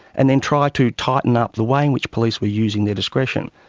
and then try to tighten up the way in which police were using their discretion.